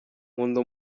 nkunda